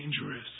dangerous